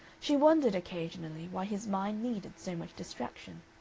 she wondered occasionally why his mind needed so much distraction.